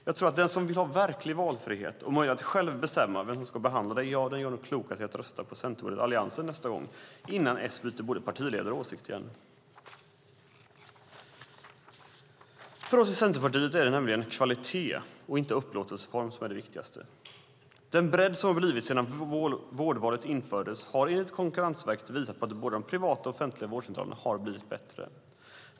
Jag tror att den som vill ha verklig valfrihet och möjlighet att själv bestämma vem som ska behandla en gör klokt i att rösta på Alliansen nästa gång, innan S byter både partiledare och åsikt igen. För oss i Centerpartiet är det nämligen kvalitet och inte upplåtelseform som är det viktigaste. Den bredd som uppstått sedan vårdvalet infördes har enligt Konkurrensverket visat att både de privata och de offentliga vårdcentralerna har blivit bättre.